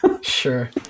Sure